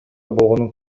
болгонун